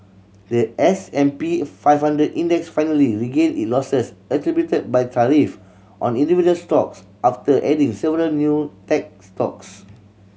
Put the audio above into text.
the S and P five hundred Index finally regained it losses attributed by tariff on individual stocks after adding several new tech stocks